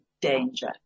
danger